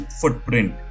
footprint